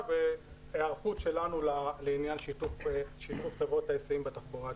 והיערכות שלנו לעניין שיתוף חברות ההיסעים בתחבורה הציבורית.